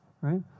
right